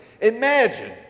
Imagine